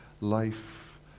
life